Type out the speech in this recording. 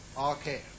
Okay